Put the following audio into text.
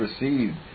received